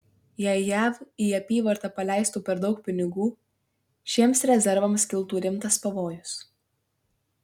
jei jav į apyvartą paleistų per daug pinigų šiems rezervams kiltų rimtas pavojus